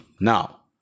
Now